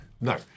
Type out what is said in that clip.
No